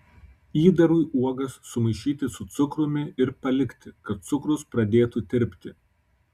įdarui uogas sumaišyti su cukrumi ir palikti kad cukrus pradėtų tirpti